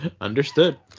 Understood